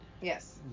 Yes